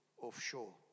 offshore